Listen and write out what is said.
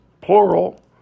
plural